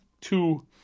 two